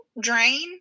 drain